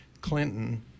clinton